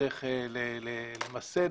- צריך למסד